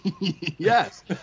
Yes